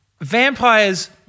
vampires